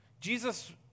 Jesus